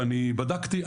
ובדקתי,